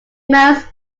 most